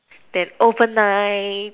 that open night